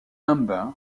amber